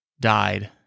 died